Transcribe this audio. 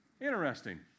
Interesting